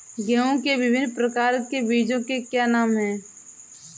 गेहूँ के विभिन्न प्रकार के बीजों के क्या नाम हैं?